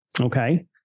Okay